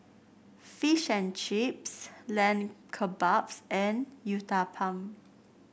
Fish and Chips Lamb Kebabs and Uthapam